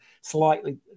slightly